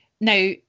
Now